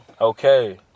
Okay